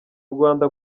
rwanda